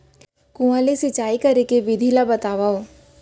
कुआं ले सिंचाई करे के विधि ला बतावव?